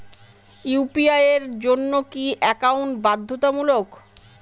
UPI এর জন্য কি একাউন্ট বাধ্যতামূলক?